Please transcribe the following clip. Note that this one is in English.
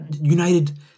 United